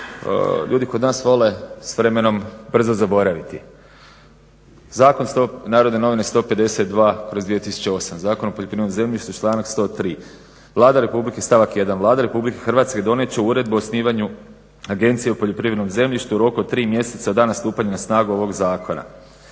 ljudi kod nas vole s vremenom brzo zaboraviti. Zakon NN 152/2008 Zakon o poljoprivrednom zemljištu članak 103. Stavak 1. "Vlada RH donijet će uredbe o osnivanju Agencije o poljoprivrednom zemljištu u roku od tri mjeseca od dana stupanja na snagu ovog zakona",